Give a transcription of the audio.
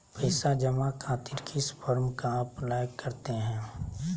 पैसा जमा खातिर किस फॉर्म का अप्लाई करते हैं?